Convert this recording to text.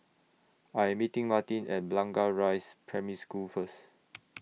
I Am meeting Martin At Blangah Rise Primary School First